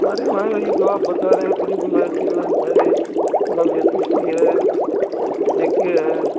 हमारे वहाँ यह जो आप बता रहे हैं सीमेंट है मतलब ऐ सी सी है जे के है